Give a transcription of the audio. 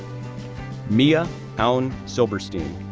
mia aun silberstein,